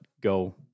go